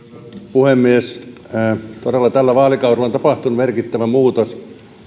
puhemies todella tällä vaalikaudella on tapahtunut merkittävä muutos mitä tulee